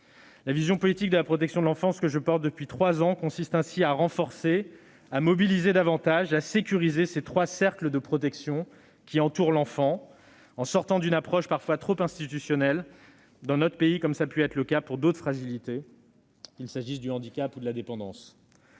La vision politique de la protection de l'enfance que je porte depuis trois ans consiste ainsi à renforcer, à mobiliser davantage et à sécuriser les trois cercles de protection entourant l'enfant, à sortir d'une approche parfois encore trop institutionnelle dans notre pays, comme cela a pu être le cas pour d'autres fragilités, comme le handicap ou la dépendance.